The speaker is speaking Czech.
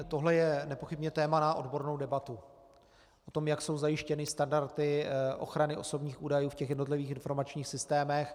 Tohle je nepochybně téma na odbornou debatou o tom, jak jsou zajištěny standardy ochrany osobních údajů v jednotlivých informačních systémech.